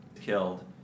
killed